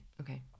okay